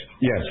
yes